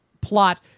plot